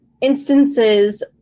instances